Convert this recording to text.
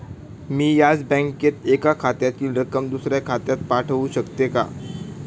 मी याच बँकेत एका खात्यातील रक्कम दुसऱ्या खात्यावर पाठवू शकते का?